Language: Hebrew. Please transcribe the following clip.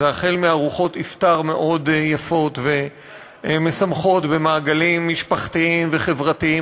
החל מארוחות אפטאר מאוד יפות ומשמחות במעגלים משפחתיים וחברתיים